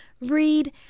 read